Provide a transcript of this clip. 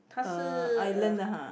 uh island 的 ha